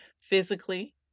physically